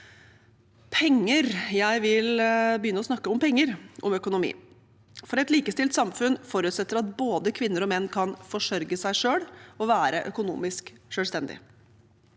Jeg vil begynne med å snakke om penger og økonomi, for et likestilt samfunn forutsetter at både kvinner og menn kan forsørge seg selv og være økonomisk selvstendige.